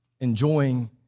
Enjoying